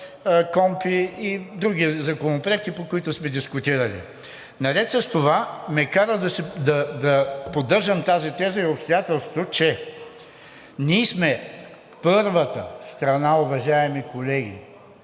КПКОНПИ и други законопроекти, по които сме дискутирали. Наред с това ме кара да поддържам тази теза и обстоятелството, че ние сме първата страна, уважаеми колеги,